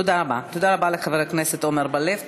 תודה רבה לחבר הכנסת עמר בר-לב.